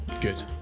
good